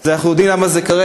אנחנו יודעים למה זה קורה,